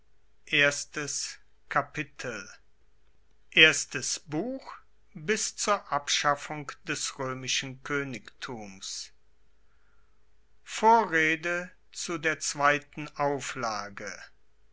erstes buch bis zur abschaffung des roemischen koenigtums vorrede zu der zweiten auflage